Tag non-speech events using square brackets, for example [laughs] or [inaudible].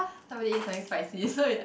somebody eat something spicy so it like [laughs]